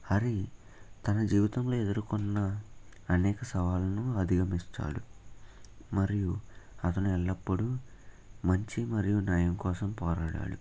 హరి తన జీవితంలో ఎదుర్కొన్న అనేక సవాలను అధిగమిస్తాడు మరియు అతను ఎల్లప్పుడూ మంచి మరియు న్యాయం కోసం పోరాడాడు